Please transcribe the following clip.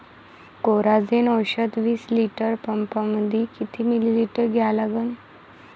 Coragen औषध विस litre पंपामंदी किती मिलीमिटर घ्या लागन?